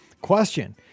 Question